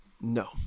no